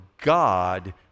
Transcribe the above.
God